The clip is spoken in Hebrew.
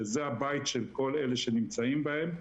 שזה הבית של כל אלה שנמצאים בהם,